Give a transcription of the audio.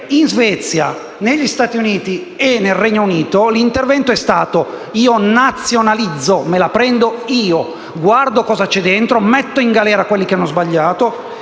in Svezia, negli Stati Uniti e anche nel Regno Unito l'intervento è stato così modulato: io nazionalizzo, me la prendo io; guardo cosa c'è dentro, metto in galera quelli che hanno sbagliato